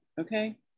okay